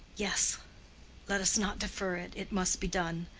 yes let us not defer it. it must be done,